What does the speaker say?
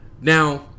now